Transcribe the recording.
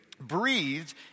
Breathed